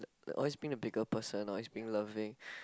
always being a bigger person always being loving